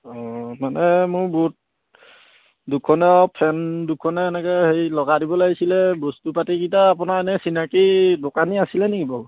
অ মানে মোৰ বৰ্ড দুখনে ফেন দুখনে এনেকৈ হেৰি লগাই দিব লাগিছিলে বস্তু পাতিকেইটা আপোনাৰ এনেই চিনাকি দোকানী আছিল নেকি বাৰু